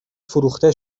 فروخته